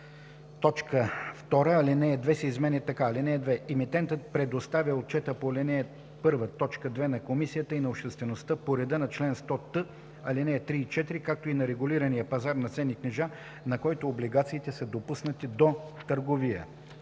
2. Алинея 2 се изменя така: „(2) Емитентът предоставя отчета по ал. 1, т. 2 на Комисията и на обществеността по реда на чл. 100т, ал. 3 и 4, както и на регулирания пазар на ценни книжа, на който облигациите са допуснати до търговия.”